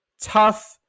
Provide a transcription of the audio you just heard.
tough